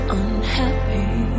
unhappy